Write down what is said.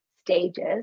stages